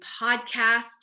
podcast